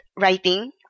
writing